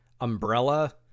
umbrella